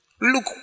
Look